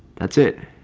that's it.